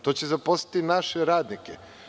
To će zaposliti naše radnike.